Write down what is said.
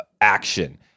Action